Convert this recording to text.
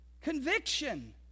Conviction